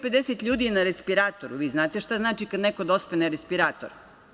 Dvesta pedeset ljudi je na respiratoru, vi znate šta znači kada neko dospe na respirator.